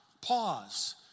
pause